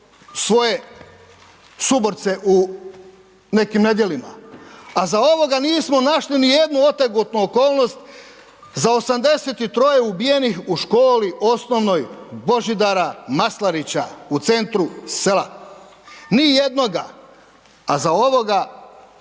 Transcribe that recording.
svoje suborce u nekim nedjelima. A za ovoga nismo našli nijednu otegotnu okolnost za 83 ubijenih u školi osnovnoj Božidara Maslarića u centru sela. Ni jednoga. A za ovoga